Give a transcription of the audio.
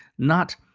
not,